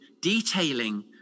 detailing